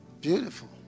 Beautiful